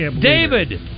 David